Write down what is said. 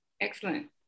excellent